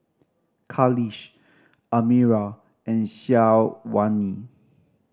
Khalish Amirah and Syazwani